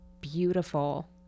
beautiful